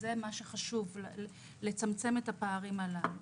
מה שחשוב זה לצמצם את הפערים האלה.